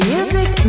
Music